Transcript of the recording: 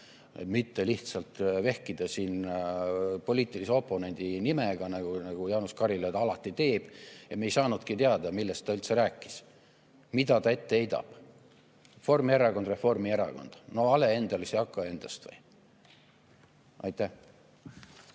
mitte lihtsalt vehkida siin poliitilise oponendi nimega, nagu Jaanus Karilaid alati teeb. Ja me ei saanudki teada, millest ta üldse rääkis. Mida ta ette heidab? Reformierakond, Reformierakond. No endal hale ei hakka endast või? Aitäh!